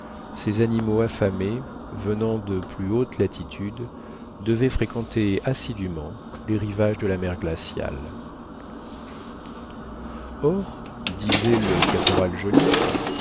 ces animaux affamés venant de plus hautes latitudes devaient fréquenter assidûment les rivages de la mer glaciale or disait le caporal joliffe